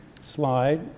slide